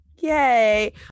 yay